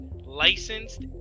licensed